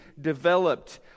developed